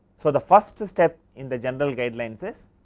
so, the first step in the general guidelines is,